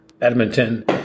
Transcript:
Edmonton